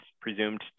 presumed